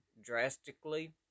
drastically